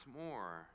more